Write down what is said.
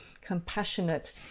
compassionate